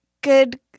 good